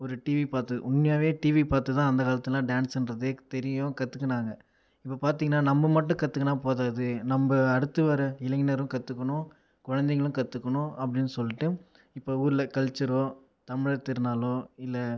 ஒரு டிவி பார்த்து உண்மையாகவே டிவி பார்த்துதான் அந்த காலத்துலலாம் டான்ஸுன்றதே தெரியும் கற்றுக்கினாங்க இப்போ பார்த்தீங்கனா நம்ம மட்டும் கற்றுக்கினா போதாது நம்ம அடுத்து வர இளைஞரும் கற்றுக்கணும் குழந்தைங்களும் கற்றுக்கணும் அப்படினு சொல்லிட்டு இப்போ ஊரில் கல்ச்சரோ தமிழர் திருநாளோ இல்லை